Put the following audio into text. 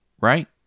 right